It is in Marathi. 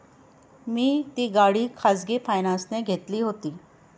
मी ती गाडी खाजगी फायनान्सने घेतली होती